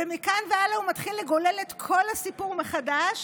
ומכאן והלאה הוא מתחיל לגולל את כל הסיפור מחדש,